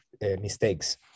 mistakes